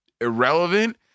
irrelevant